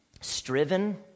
striven